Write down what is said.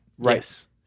Yes